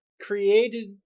created